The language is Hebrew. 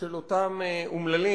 של אותם אומללים,